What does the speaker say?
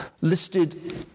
listed